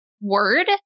word